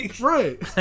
right